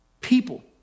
people